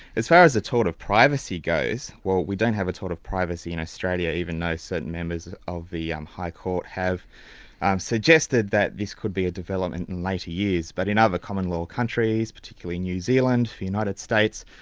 as far as the torte of privacy goes, well we don't have a tort of privacy in australia, even though certain members of the um high court have suggested that this could be a development in later years. but in other commonwealth countries, particularly new zealand, the united states,